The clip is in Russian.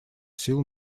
сил